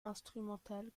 instrumentales